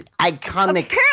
iconic